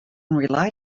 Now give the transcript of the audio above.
relied